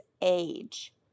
age